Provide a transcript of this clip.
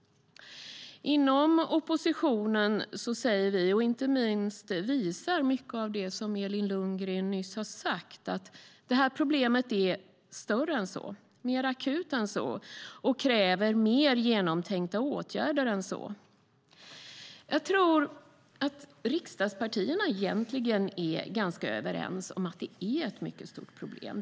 Inom oppositionen säger vi - det visar inte minst mycket av det Elin Lundgren nyss sade - att problemet är större än så, mer akut än så, och kräver mer genomtänkta åtgärder än så. Jag tror att riksdagspartierna egentligen är ganska överens om att det är ett mycket stort problem.